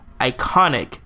iconic